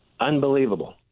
Unbelievable